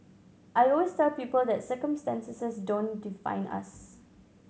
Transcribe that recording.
I always tell people that circumstances don't define us